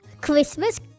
Christmas